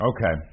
Okay